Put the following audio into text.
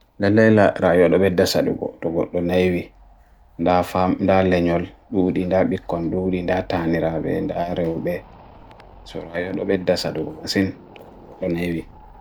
na nila raya dobeda sa dogo, dogo, dogo, do na evi na fam, na lenyo'l, bu gudinda, bikon, bu gudinda, tani raya ben, da raya ube so raya dobeda sa dogo masin, dogo, do na evi